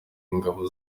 ingabo